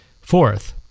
Fourth